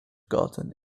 garden